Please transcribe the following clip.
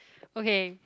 okay